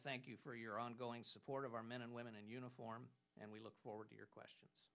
thank you for your ongoing support of our men and women in uniform and we look forward to your question